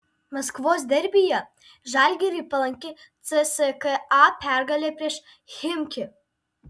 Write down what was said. maskvos derbyje žalgiriui palanki cska pergalė prieš chimki